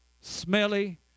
smelly